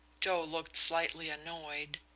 joe looked slightly annoyed.